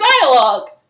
dialogue